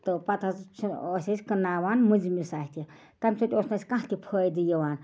تہٕ پتہٕ حظ چھِ ٲسۍ أسۍ کٕنٛناون مٔنٛزمِس اتھِ تَمہِ سۭتۍ اوس نہٕ اَسہِ کانٛہہ تہِ فٲیدٕ یِوان